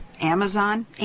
Amazon